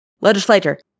Legislator